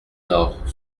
nord